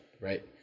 right